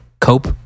cope